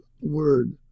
word